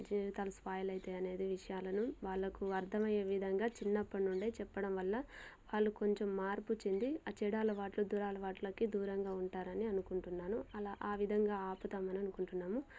జీవితాలు స్పాయిల్ అవుతాయి అనేది విషయాలను వాళ్ళకు అర్థమయ్యే విధంగా చిన్నపడి నుండే చెప్పడం వల్ల వాళ్ళు కొంచెం మార్పు చెంది ఆ చెడు అలవాట్లు దురలవాట్లకు దూరంగా ఉంటారని అనుకుంటున్నాను అలా ఆ విధంగా ఆపుదామని అనుకుంటున్నాము